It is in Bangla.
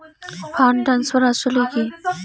ফান্ড ট্রান্সফার আসলে কী?